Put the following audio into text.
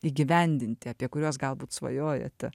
įgyvendinti apie kuriuos galbūt svajojate